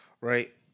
Right